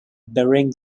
bering